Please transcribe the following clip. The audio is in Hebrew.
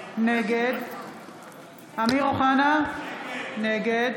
נגד אמיר אוחנה, נגד